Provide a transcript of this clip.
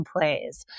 plays